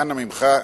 אנא ממך,